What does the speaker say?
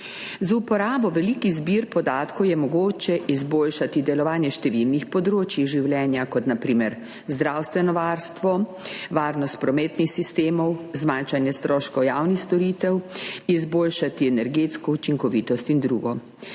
Z uporabo velikih zbirk podatkov je mogoče izboljšati delovanje številnih področij življenja, na primer zdravstveno varstvo, varnost prometnih sistemov, zmanjšanje stroškov javnih storitev, izboljšati energetsko učinkovitost in drugo.